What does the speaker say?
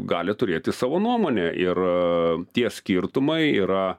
gali turėti savo nuomonę ir tie skirtumai yra